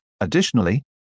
Additionally